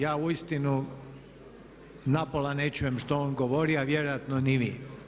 Ja uistinu napola ne čujem što on govori, a vjerojatno ni vi.